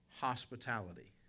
hospitality